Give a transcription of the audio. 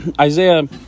Isaiah